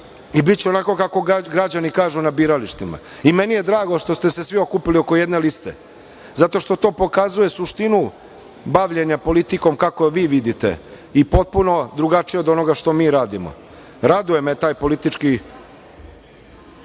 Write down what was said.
i biće onako kako građani kažu na biralištima. Meni je drago što ste se svi okupili oko jedne liste zato što to pokazuje suštinu bavljenja politikom kako je vi vidite i potpuno drugačije od onoga što mi radimo. Raduje me taj politički